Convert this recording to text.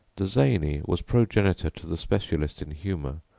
the zany was progenitor to the specialist in humor,